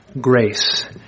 grace